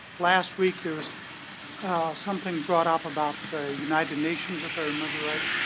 last week, there was something brought up about united nations, if i remember right,